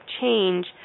change